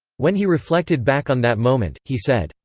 when he reflected back on that moment, he said,